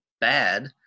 bad